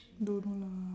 don't know lah